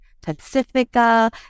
Pacifica